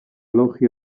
logia